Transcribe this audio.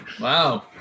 Wow